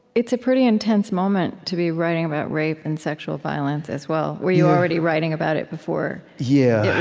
it's a pretty intense moment to be writing about rape and sexual violence, as well. were you already writing about it, before yeah